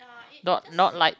not not like